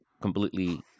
completely